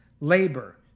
labor